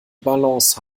balance